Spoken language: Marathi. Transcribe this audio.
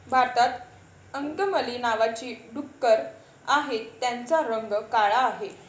भारतात अंकमली नावाची डुकरं आहेत, त्यांचा रंग काळा आहे